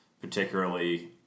particularly